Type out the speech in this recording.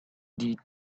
did